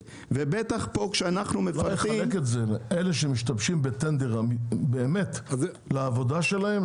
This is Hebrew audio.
אפשר לחלק את זה: אלה שבאמת משתמשים ברכב לעבודה שלהם,